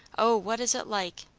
o, what is it like!